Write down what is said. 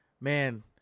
man